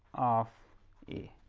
of a